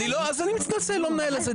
אני מתנצל, אני לא מקיים על זה דיון .